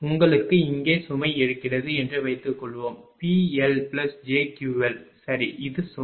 உங்களுக்கு இங்கே சுமை இருக்கிறது என்று வைத்துக்கொள்வோம் PLjQL சரி இது சுமை